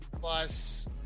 plus